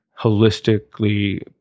holistically